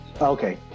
Okay